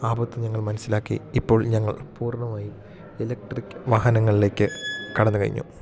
ആപത്ത് ഞങ്ങൾ മനസ്സിലാക്കി ഇപ്പോൾ ഞങ്ങൾ പൂർണ്ണമായി ഇലക്ട്രിക് വാഹനങ്ങളിലേക്ക് കടന്ന് കഴിഞ്ഞു